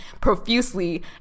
profusely